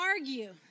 argue